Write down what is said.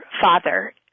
father